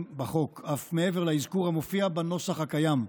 בחוק אף מעבר לאזכור המופיע בנוסח החוק הקיים.